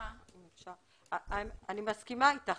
אני מסכימה איתך.